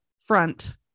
front